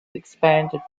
expanded